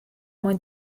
mwy